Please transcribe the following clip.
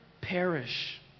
perish